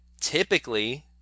typically